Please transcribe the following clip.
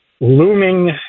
looming